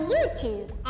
YouTube